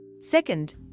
Second